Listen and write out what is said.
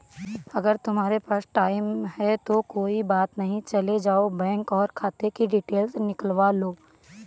अगर तुम्हारे पास टाइम है तो कोई बात नहीं चले जाओ बैंक और खाते कि डिटेल निकलवा लो